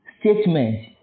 Statement